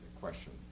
question